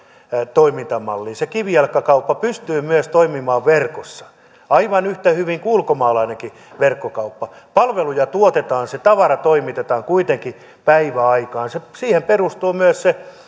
toimintamallin kanssa se kivijalkakauppa pystyy toimimaan verkossa aivan yhtä hyvin kuin ulkomaalainenkin verkkokauppa palveluja tuotetaan se tavara toimitetaan kuitenkin päiväaikaan siihen perustuu myös se